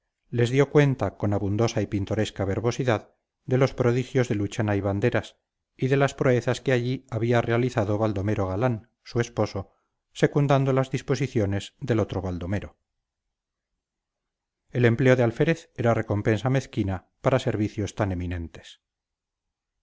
les dio cuenta con abundosa y pintoresca verbosidad de los prodigios de luchana y banderas y de las proezas que allí había realizado baldomero galán su esposo secundando las disposiciones del otro baldomero el empleo de alférez era recompensa mezquina para servicios tan eminentes